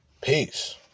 Peace